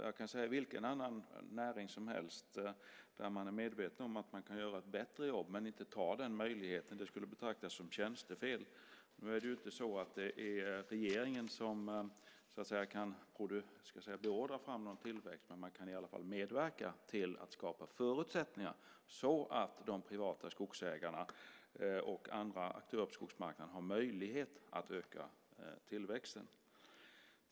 När det gäller vilken som helst annan näring kan jag säga att ifall någon är medveten om att han eller hon kan göra ett bättre jobb och inte tar vara på den möjligheten kommer det att betraktas som tjänstefel. Nu kan ju inte regeringen beordra fram tillväxt, men den kan i alla fall medverka till att skapa förutsättningar så att de privata skogsägarna, och andra aktörer på skogsmarknaden, har möjlighet att öka tillväxten.